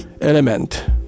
element